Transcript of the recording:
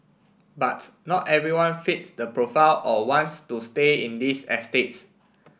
but not everyone fits the profile or wants to stay in these estates